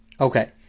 Okay